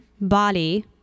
body